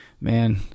man